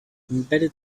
embedded